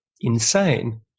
insane